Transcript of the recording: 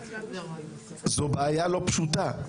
זו בעיה לא פשוטה.